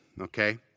okay